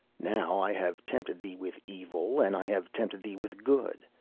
now i have tempted thee with evil, and i have tempted thee with good,